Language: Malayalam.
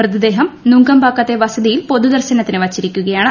മൃതദേഹം നുങ്കംപാക്കത്തെ വസതിയിൽ പൊതുദർശനത്തിന് വച്ചിരിക്കുകയാണ്